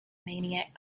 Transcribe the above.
maniac